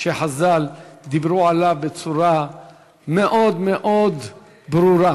שחז"ל דיברו עליו בצורה מאוד מאוד ברורה: